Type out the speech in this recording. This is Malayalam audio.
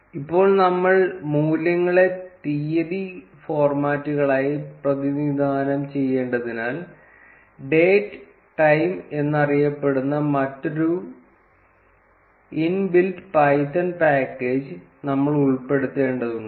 ഇപ്പോൾ നമ്മൾ മൂല്യങ്ങളെ തീയതി ഫോർമാറ്റുകളായി പ്രതിനിധാനം ചെയ്യേണ്ടതിനാൽ ഡേറ്റ് ടൈം എന്നറിയപ്പെടുന്ന മറ്റൊരു ഇൻബിൽറ്റ് പൈത്തൺ പാക്കേജ് നമ്മൾ ഉൾപ്പെടുത്തേണ്ടതുണ്ട്